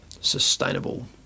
sustainable